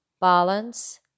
balance